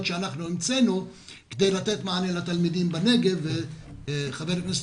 שאנחנו המצאנו כדי לתת מענה לתלמידים בנגב וחבר הכנסת